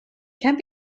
can